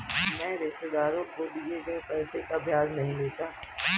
मैं रिश्तेदारों को दिए गए पैसे का ब्याज नहीं लेता